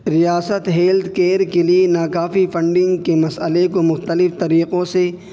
ریاست health care کے لیے ناکافی فنڈنگ کے مسئلے کو مختلف طریقوں سے